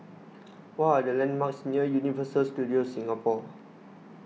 what are the landmarks near Universal Studios Singapore